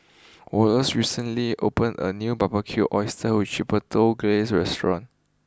Wallace recently opened a new Barbecued Oysters with Chipotle Glaze restaurant